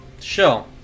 Sure